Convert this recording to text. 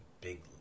Big